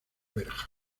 verja